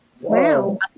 wow